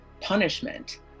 punishment